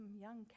young